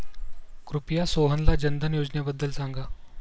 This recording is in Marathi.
कृपया सोहनला जनधन योजनेबद्दल सांगा